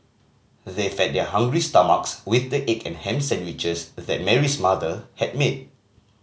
they fed their hungry stomachs with the egg and ham sandwiches that Mary's mother had made